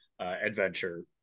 adventure